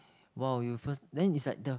!wow! you first then is like the